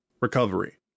Recovery